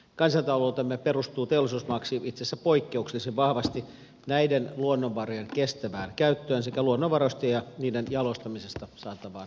kansantaloutemme perustuu teollisuusmaaksi itse asiassa poikkeuksellisen vahvasti näiden luonnonvarojen kestävään käyttöön sekä luonnonvaroista ja niiden jalostamisesta saatavaan arvonlisään